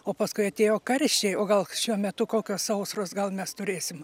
o paskui atėjo karščiai o gal šiuo metu kokios sausros gal mes turėsim